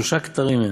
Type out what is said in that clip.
שלושה כתרים הן: